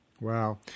Wow